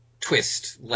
twist